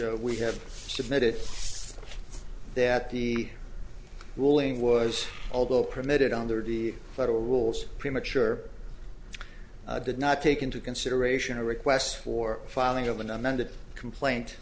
we have submitted that the ruling was although permitted under the federal rules premature did not take into consideration a request for filing of an amended complaint